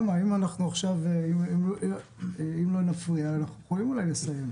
אם לא נפריע, אנחנו יכולים אולי לסיים.